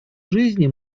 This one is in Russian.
жизни